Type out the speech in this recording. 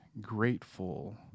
grateful